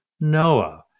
Noah